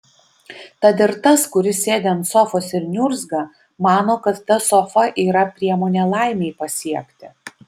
tad ir tas kuris sėdi ant sofos ir niurzga mano kad ta sofa yra priemonė laimei pasiekti